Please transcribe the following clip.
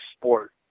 sport